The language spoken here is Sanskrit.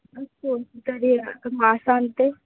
अस्तु तर्हि मासान्ते